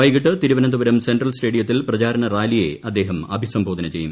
വൈകിട്ട് തിരുവനന്തപുരും സെൻട്രൽ സ്റ്റേഡിയത്തിൽ പ്രചാരണ റാലിയെ അദ്ദേഹം അഭിസംബോധന ചെയ്യും